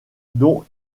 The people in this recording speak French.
dont